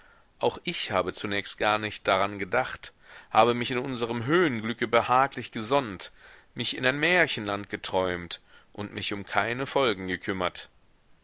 auch ich habe zunächst gar nicht daran gedacht habe mich in unserm höhenglücke behaglich gesonnt mich in ein märchenland geträumt und mich um keine folgen gekümmert